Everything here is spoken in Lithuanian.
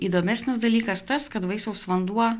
įdomesnis dalykas tas kad vaisiaus vanduo